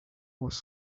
was